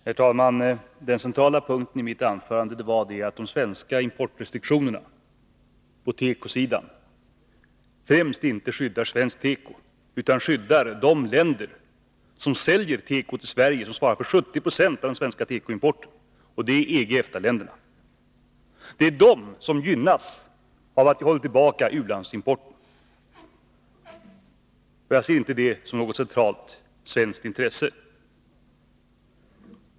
Herr talman! Den centrala punkten i mitt anförande var att de svenska importrestriktionerna på tekosidan inte främst skyddar svensk tekoindustri utan skyddar de länder som säljer teko till Sverige och som svarar för 70 96 av den svenska tekoimporten. Det är EG och EFTA-länderna. Det är de som gynnas av att vi håller tillbaka u-landsimporten. Jag ser inte det som något centralt svenskt intresse.